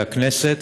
לכנסת.